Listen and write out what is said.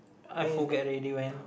I forget already when